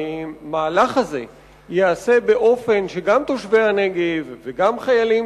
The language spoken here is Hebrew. המהלך הזה ייעשה באופן שגם תושבי הנגב וגם חיילים